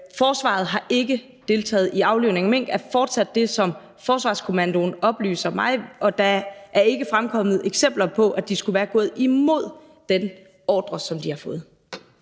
Forsvaret har ikke deltaget i aflivning af mink. Det er fortsat det, som Forsvarskommandoen oplyser mig, og der er ikke fremkommet eksempler på, at de skulle være gået imod den ordre, som de har fået.